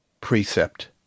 precept